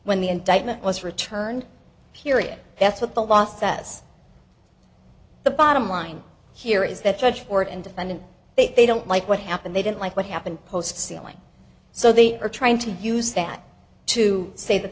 when the indictment was returned period that's what the law says the bottom line here is that judge work and defendant they don't like what happened they didn't like what happened post stealing so they are trying to use that to say that